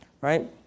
right